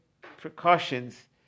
precautions